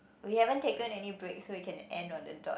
we haven't taken any break so we can end on the dot